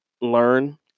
learn